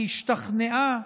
והשתכנעה,